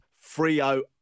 Frio